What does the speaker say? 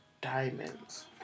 diamonds